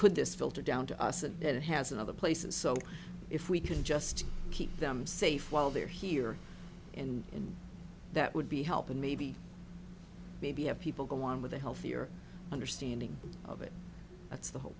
could this filter down to us and it has another place and so if we can just keep them safe while they're here and in that would be help and maybe maybe have people go on with a healthier understanding of it that's the whole